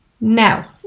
Now